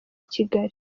kigali